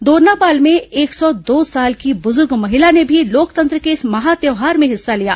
दोरनापाल में एक सौ दो साल की बुजुर्ग महिला ने भी लोकतंत्र के इस महा त्यौहार में हिस्सा लिया